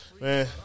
Man